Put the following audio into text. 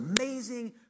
amazing